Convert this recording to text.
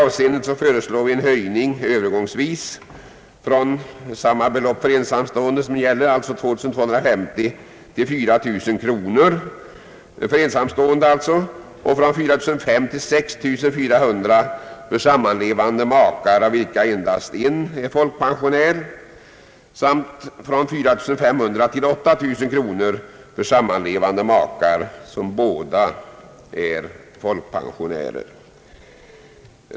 Vi föreslår en höjning Övergångsvis från 2250 till 4 000 kronor för ensamstående och från 4500 till 6 400 kronor för sammanlevande makar, av vilka endast en är folkpensionär, samt från 4 500 till 8 000 kronor för sammanlevande makar som båda är folkpensionärer.